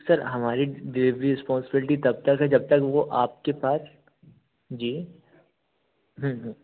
sir हमारी delivery responsibility तब तक है जब तक वो आपके पास जी